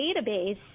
database